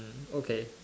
okay